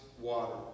water